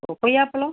ஓ கொய்யாப்பழம்